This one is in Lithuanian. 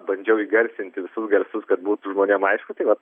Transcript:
bandžiau įgarsinti visus garsus kad būtų žmonėm aišku tai vat